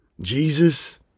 Jesus